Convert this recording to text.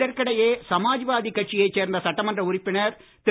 இதற்கிடையே சமாஜ்வாதி கட்சியை சேர்ந்த சட்டமன்ற உறுப்பினர் திரு